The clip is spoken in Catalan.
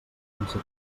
sense